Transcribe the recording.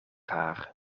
haar